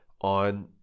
on